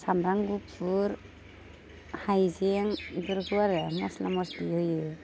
सामब्राम गुफुर हाइजें बेफोरखौ आरो मस्ला मस्लि होयो